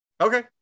Okay